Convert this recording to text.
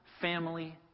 family